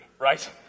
right